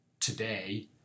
Today